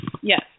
Yes